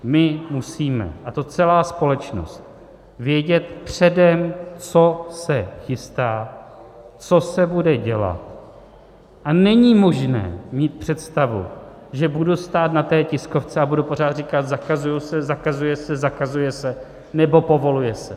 My musíme, a to celá společnost, vědět předem, co se chystá, co se bude dělat, a není možné mít představu, že budu stát na té tiskovce a budu pořád říkat: zakazuje se, zakazuje se, zakazuje se nebo povoluje se.